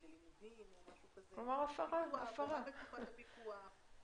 ללימודים או משהו כזה ביצוע עבירה בתקופת הפיקוח,